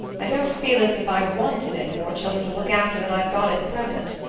i don't feel as if i wanted any more children to look after than i've got at present.